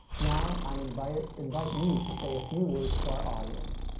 now, i invite invite you to say a few words to our audience.